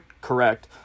correct